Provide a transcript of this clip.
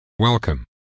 Welcome